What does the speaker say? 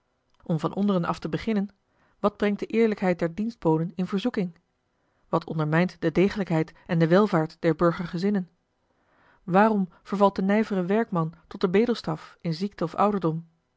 om van onderen af te beginnen wat brengt de eerlijkheid der dienstboden in verzoeking wat ondermijnt de degelijkheid en de welvaart der burgergezinnen waarom vervalt de nijvere werkman tot den bedelstaf in ziekte of ouderdom